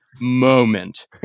moment